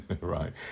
right